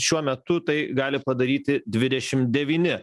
šiuo metu tai gali padaryti dvidešim devyni